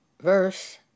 Verse